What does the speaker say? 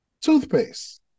toothpaste